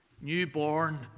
newborn